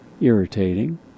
irritating